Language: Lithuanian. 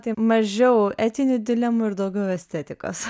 tai mažiau etinių dilemų ir daugiau estetikos